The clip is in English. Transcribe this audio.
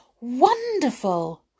wonderful